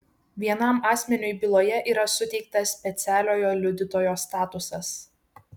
vienam asmeniui byloje yra suteiktas specialiojo liudytojo statusas